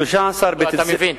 יכול להיות שאני מפריע.